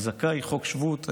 אני זכאי חוק שבות,